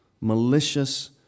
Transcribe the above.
malicious